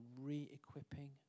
re-equipping